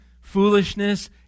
foolishness